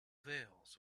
veils